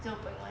zero point one